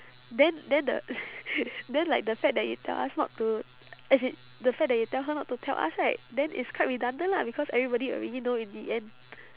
then then the then like the fact that you tell us not to as in the fact that you tell her not to tell us right then it's quite redundant lah because everybody already know in the end